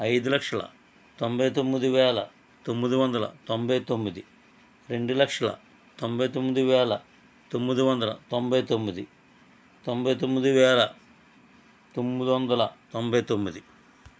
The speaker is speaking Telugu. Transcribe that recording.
ఐదు లక్షల తొంభై తొమ్మిది వేల తొమ్మిది వందల తొంభై తొమ్మిది రెండు లక్షల తొంభై తొమ్మిది వేల తొమ్మిది వందల తొంభై తొమ్మిది తొంభై తొమ్మిది వేల తొమ్మిది వందల తొంభై తొమ్మిది